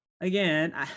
again